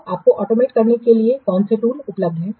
तो इसको ऑटोमेट करने के लिए कौन से टूंलस उपलब्ध हैं